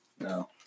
No